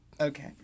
Okay